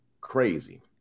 crazy